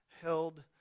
held